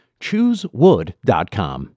Choosewood.com